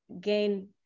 gain